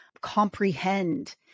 comprehend